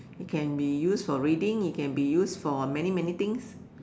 it can be used for reading it can be used for many many things